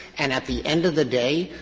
and at the end of the day,